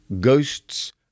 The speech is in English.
Ghosts